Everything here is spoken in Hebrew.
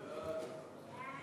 סעיפים 1